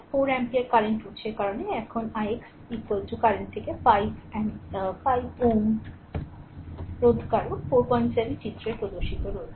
4 ampere current উত্সের কারণে এখন ix ' কারেন্ট থেকে 5 Ω রোধকারক 47 চিত্রে প্রদর্শিত হয়েছে